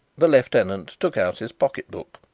the lieutenant took out his pocket-book.